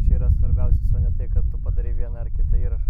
čia yra svarbiausias o ne tai kad tu padarei vieną ar kitą įrašą